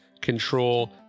control